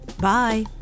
Bye